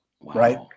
right